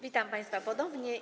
Witam państwa ponownie.